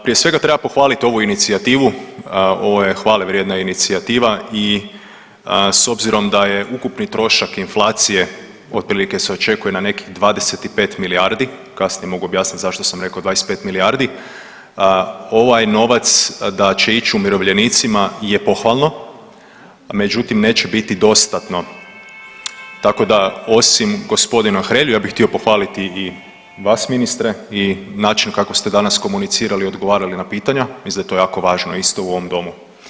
Prije svega treba pohvalit ovu inicijativu ovo je hvale vrijedna inicijativa i s obzirom da je ukupni trošak inflacije otprilike se očekuje na nekih 25 milijardi, kasnije mogu objasnit zašto sam rekao 25 milijardi, ovaj novac da će ići umirovljenicima je pohvalno, međutim neće biti dostatno tako da osim g. Hrelje ja bih htio pohvaliti i vas ministre i način kako ste danas komunicirali i odgovarali na pitanja, mislim da je to jako važno isto u ovom domu.